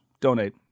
donate